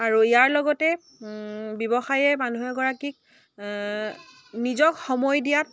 আৰু ইয়াৰ লগতে ব্যৱসায়ে মানুহ এগৰাকীক নিজক সময় দিয়াত